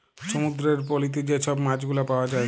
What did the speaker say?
সমুদ্দুরের পলিতে যে ছব মাছগুলা পাউয়া যায়